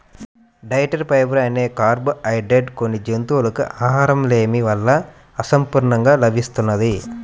dietary fibre అనే carbohydrate కొన్ని జంతువులకు ఆహారలేమి వలన అసంపూర్ణంగా లభిస్తున్నది